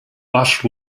bush